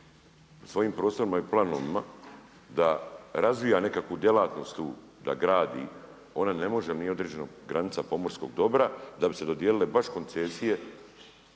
svojim prostorima i planovima da razvija nekakvu djelatnost u, da gradi, ona ne može, nije određena granica pomorskog dobra da bi se dodijelile baš koncesije